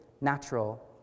natural